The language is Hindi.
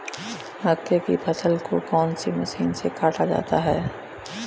मक्के की फसल को कौन सी मशीन से काटा जाता है?